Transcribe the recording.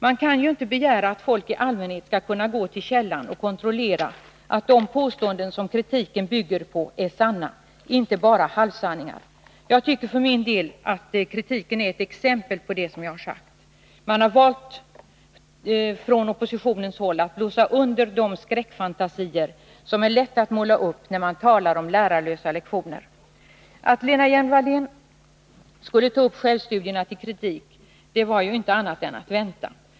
Man kan inte begära att folk i allmänhet skall kunna gå till källan och kontrollera att de påståenden som kritiken bygger på är sanna, inte bara halvsanningar. — Jag tycker för min del att kritiken är ett exempel på det som jag har sagt. Oppositionen har valt att blåsa under de skräckfantasier som det är lätt att måla upp när man talar om lärarlösa lektioner. Det var inte annat att vänta än att Lena Hjelm-Wallén skulle ta upp självstudierna.